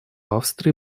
австрии